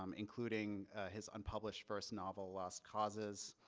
um including his unpublished first novel lost causes.